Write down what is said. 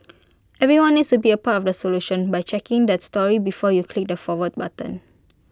everyone needs to be A part of the solution by checking that story before you click the forward button